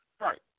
Right